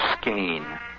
skein